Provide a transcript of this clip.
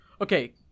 Okay